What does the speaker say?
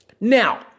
Now